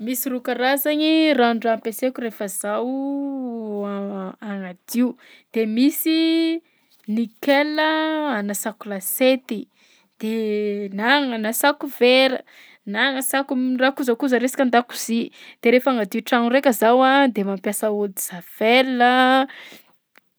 Misy roa karazagny ranon-draha ampiasaiko rehefa zaho hanadio: de misy nickel a anasako lasiety de na agnasako vera, na agnasako m- raha kojakoja resaka an-dakozia, de rehefa hagnadio tragno raika zaho a de mampiasa eau de javel a.